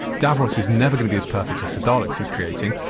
davos is never going to be as perfect as the daleks he's creating,